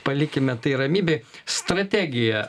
palikime tai ramybėj strategija